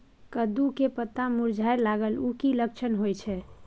कद्दू के पत्ता मुरझाय लागल उ कि लक्षण होय छै?